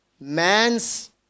Man's